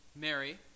Mary